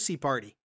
party